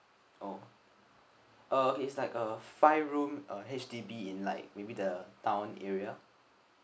oh uh it's like a five room uh H_D_B in like maybe the town area